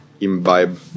imbibe